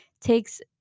takes